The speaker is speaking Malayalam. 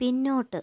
പിന്നോട്ട്